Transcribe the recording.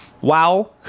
Wow